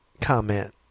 comment